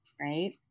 right